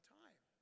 time